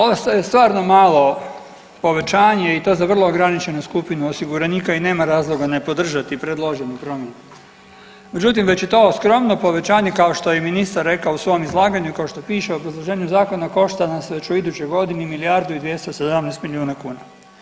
Ovo je stvarno malo povećanje i to za vrlo ograničene skupine osiguranika i nema razloga ne podržati predložene promjene, međutim već i to skromno povećanje kao što je i ministar rekao u svom izlaganju, kao što piše u obrazloženju zakona košta nas već u idućoj godini milijardu i 217 milijuna kuna.